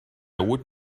would